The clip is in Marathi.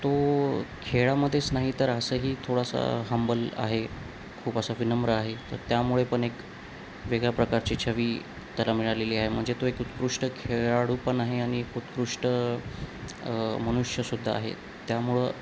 तो खेळामध्येच नाही तर असंही थोडासा हंबल आहे खूप असा विनम्र आहे तर त्यामुळे पण एक वेगळ्या प्रकारची छवी त्याला मिळालेली आहे म्हणजे तो एक उत्कृष्ट खेळाडू पण आहे आणि एक उत्कृष्ट मनुष्यसुद्धा आहे त्यामुळं